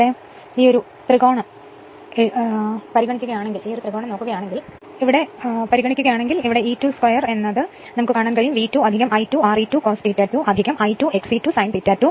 അതിനാൽ ഈ ത്രികോണം എന്ത് വിളിച്ചാൽ ഈ ത്രികോണം എഴുതുന്ന ഒരു കോളാണ് പരിഗണിക്കുന്നതെങ്കിൽ ഈ ഭാഗവും പരിഗണിച്ചാൽ ഈ ഭാഗവും എന്നാണ് ഞാൻ അർത്ഥമാക്കുന്നത്